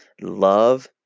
Love